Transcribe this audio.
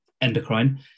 endocrine